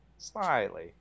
slightly